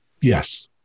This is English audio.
Yes